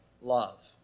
Love